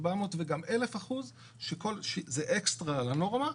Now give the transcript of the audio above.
400 וגם 1,000% שזה אקסטרה על הנורמה.